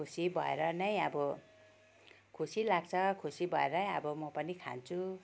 खुसी भएर नै अब खुसी लाग्छ खुसी भएरै अब म पनि खान्छु